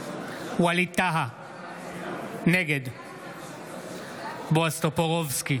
ווליד טאהא, נגד בועז טופורובסקי,